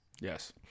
Yes